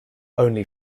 only